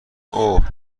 اوه